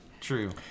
true